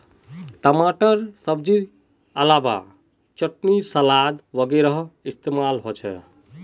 टमाटर सब्जिर अलावा चटनी सलाद वगैरहत इस्तेमाल होचे